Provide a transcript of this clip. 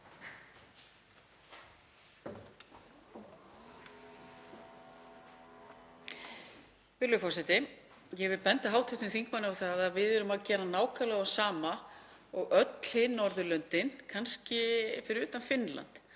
forseti. Ég vil benda hv. þingmanni á það að við erum að gera nákvæmlega sama og öll hin Norðurlöndin, kannski fyrir utan Finnland.